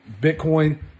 Bitcoin